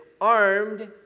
armed